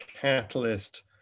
catalyst